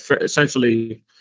essentially